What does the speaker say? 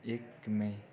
एक मे